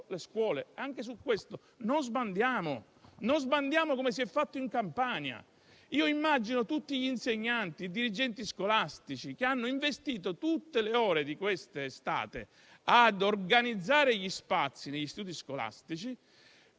le scuole. Anche su questo non sbandiamo, come si è fatto in Campania. Immagino tutti gli insegnanti e i dirigenti scolastici che hanno investito tutte le ore di quest'estate ad organizzare gli spazi negli istituti scolastici,